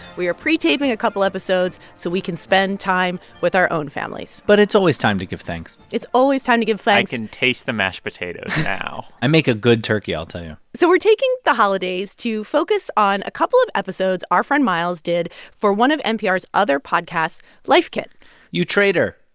we are pre-taping a couple episodes so we can spend time with our own families but it's always time to give thanks it's always time to give thanks i can and taste the mashed potatoes now i make a good turkey, i'll tell you so we're taking the holidays to focus on a couple of episodes our friend miles did for one of npr's other podcasts life kit you traitor